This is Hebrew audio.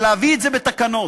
ולהביא את זה בתקנות.